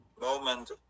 moment